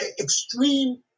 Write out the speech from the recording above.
extreme